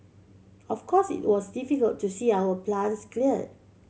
of course it was difficult to see our plants cleared